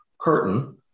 curtain